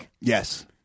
Yes